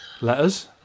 Letters